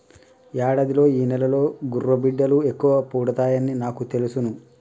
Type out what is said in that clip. యాడాదిలో ఈ నెలలోనే గుర్రబిడ్డలు ఎక్కువ పుడతాయని నాకు తెలుసును